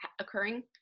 occurring